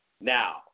Now